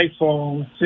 iPhone